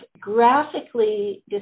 graphically